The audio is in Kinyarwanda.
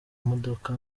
modoka